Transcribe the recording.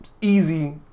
easy